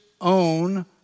own